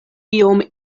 iom